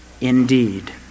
indeed